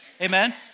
Amen